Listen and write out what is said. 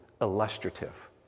illustrative